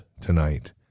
tonight